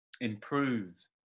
improve